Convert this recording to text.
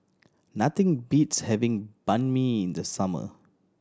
nothing beats having Banh Mi in the summer